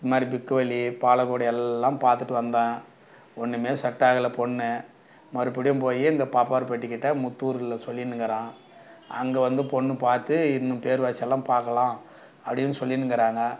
இந்த மாதிரி பிக்குவளி பாலக்கோடு எல்லாம் பார்த்துட்டு வந்தேன் ஒன்றுமே செட்டாகலை பொண்ணு மறுபடியும் போய் இந்த பாப்பார்பெட்டிக்கிட்ட முத்தூரில் சொல்லிணுங்கறான் அங்கே வந்து பொண்ணு பார்த்து இன்னும் பேர் வரிசலாம் பார்க்கலாம் அப்படின் சொல்லிணுங்கறாங்க